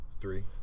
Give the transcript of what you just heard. Three